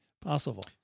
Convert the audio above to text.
possible